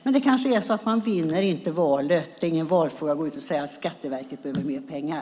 Men det kanske inte är så man vinner valet. Det är ingen valfråga att gå ut och säga att Skatteverket behöver mer pengar.